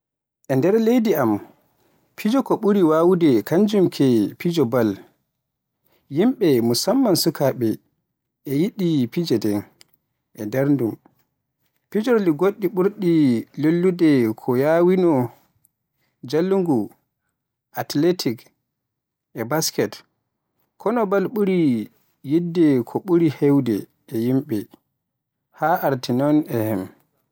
E nder leydi am, fijo ko buri wawude kanjum ke fijo ball. Yimbe musamman sukaabe e yiɗi fiyje den e ndaarde ɗum. Pijirlooji goɗɗi ɓurɗi lollude ko wayi no, njulaagu, atletik, e basket, kono ball ɓuri yiɗde ko ɓuri heewde e yimɓe, haa arti noon e am.